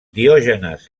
diògenes